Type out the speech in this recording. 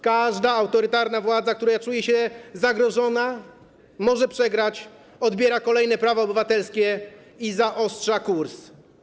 Każda autorytarna władza, która czuje się zagrożona, może przegrać, odbiera kolejne prawa obywatelskie i zaostrza kurs.